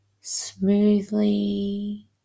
smoothly